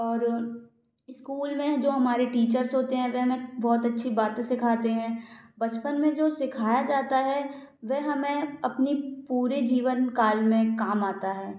और इस्कूल में जो हमारे टीचर्स होते हैं वे हमें बहुत अच्छी बाते सीखाते हैं बचपन में जो सिखाया जाता है वे हमें अपनी पूरे जीवनकाल में काम आता है